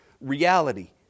reality